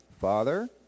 Father